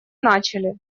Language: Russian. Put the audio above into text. начали